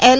L